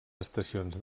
estacions